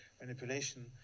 manipulation